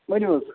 ؤنِو حظ